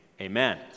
amen